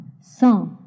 cent